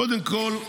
קודם כול,